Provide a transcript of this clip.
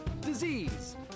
disease